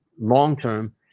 long-term